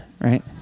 right